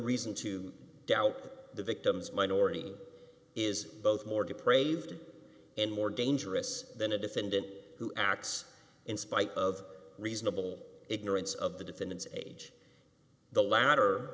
reason to doubt the victim's minority is both more to pray ved and more dangerous than a defendant who acts in spite of reasonable ignorance of the defendant's age the la